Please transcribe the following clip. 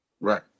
Right